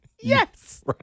Yes